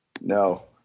No